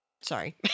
Sorry